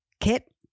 Kit